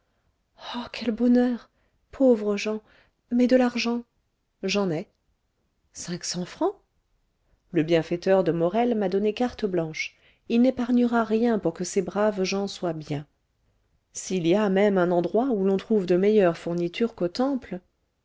oh quel bonheur pauvres gens mais de l'argent j'en ai cinq cents francs le bienfaiteur de morel m'a donné carte blanche il n'épargnera rien pour que ces braves gens soient bien s'il y a même un endroit où l'on trouve de meilleures fournitures qu'au temple